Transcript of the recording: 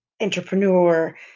entrepreneur